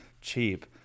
cheap